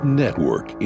network